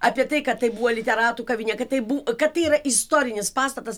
apie tai kad tai buvo literatų kavinė kad tai bu kad tai yra istorinis pastatas